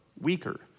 weaker